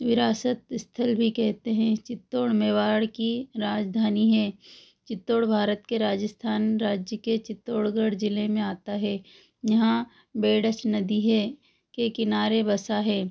विरासत स्थल भी कहते हैं चित्तौड़ मेवाड़ की राजधानी है चित्तौड़ भारत के राजस्थान राज्य के चित्तौड़गढ़ जिले में आता है यहाँ बेडस नदी है के किनारे बसा है